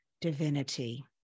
divinity